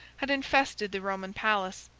had infested the roman palace.